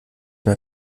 mehr